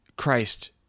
Christ